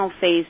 Phase